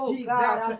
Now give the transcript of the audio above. Jesus